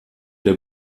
der